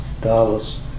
dollars